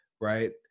Right